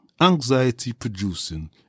anxiety-producing